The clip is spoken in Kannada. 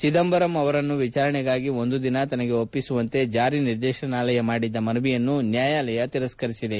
ಚಿದಂಬರಂ ಅವರನ್ನು ವಿಚಾರಣೆಗಾಗಿ ಒಂದು ದಿನ ತನಗೆ ಒಪ್ಪಿಸುವಂತೆ ಜಾರಿ ನಿರ್ದೇತನಾಲಯ ಮಾಡಿದ್ದ ಮನವಿಯನ್ನು ನ್ವಾಯಾಲಯ ತಿರಸ್ಕರಿಸಿದೆ